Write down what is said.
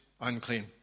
unclean